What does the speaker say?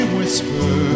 whisper